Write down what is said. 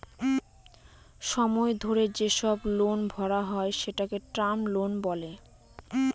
সময় ধরে যেসব লোন ভরা হয় সেটাকে টার্ম লোন বলে